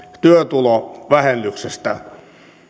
työtulovähennyksestä